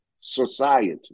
society